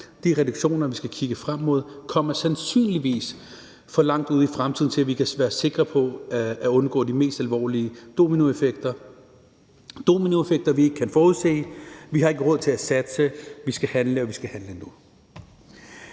De reduktioner, vi skal kigge frem mod, kommer sandsynligvis for langt ude i fremtiden til, at vi kan være sikre på at undgå de mest alvorlige dominoeffekter; dominoeffekter, vi ikke kan forudse. Vi har ikke råd til at satse, vi skal handle, og vi skal handle nu.